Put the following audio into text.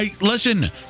Listen